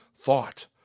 thought